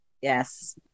yes